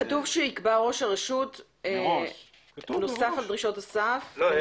כתוב שיקבע ראש הרשות נוסף על דרישות הסף --- מראש.